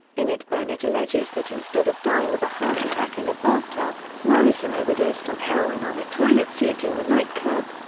in it bernett alleges that instead of dying of a heart attack in a bathtub, morrison overdosed on heroin on a toilet seat in the nightclub.